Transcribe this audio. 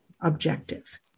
objective